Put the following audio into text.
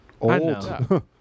Old